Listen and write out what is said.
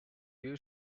you